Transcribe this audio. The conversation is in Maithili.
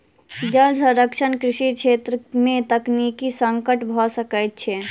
जल संरक्षण कृषि छेत्र में तकनीकी संकट भ सकै छै